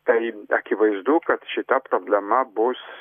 tai akivaizdu kad šita problema bus